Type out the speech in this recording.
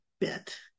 bit